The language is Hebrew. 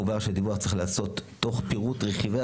מובהר שהדיווח צריך להיעשות "תוך פירוט רכיבי